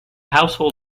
household